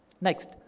Next